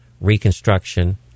Reconstruction